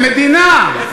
חיכה למדינה.